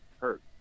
hurt